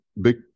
big